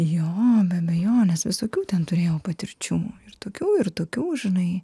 jo be abejonės visokių ten turėjau patirčių ir tokių ir tokių žinai